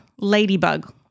LADYBUG